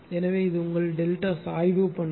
எனவே இது உங்கள் டெல்டா சாய்வு பண்பு